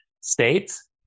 states